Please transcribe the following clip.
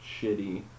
shitty